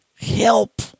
help